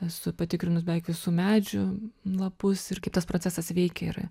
esu patikrinus beveik visų medžių lapus ir kaip tas procesas veikia ir